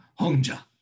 Hongja